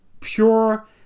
pure